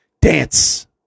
Dance